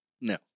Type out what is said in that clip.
No